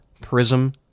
Prism